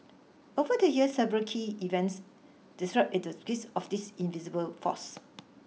over the years several key events the skills of this invisible force